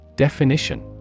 Definition